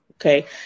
Okay